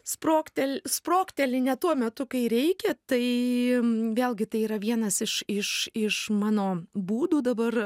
sprogtel sprogteli ne tuo metu kai reikia tai vėlgi tai yra vienas iš iš iš mano būdų dabar